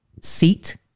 Seat